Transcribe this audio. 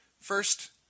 First